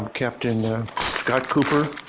um captain scott cooper,